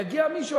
יגיע מישהו,